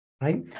right